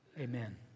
Amen